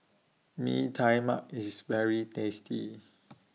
Mee Tai Mak IS very tasty